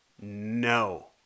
no